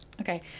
Okay